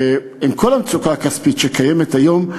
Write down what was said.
עם כל המצוקה הכספית שקיימת היום,